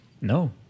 No